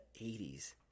80s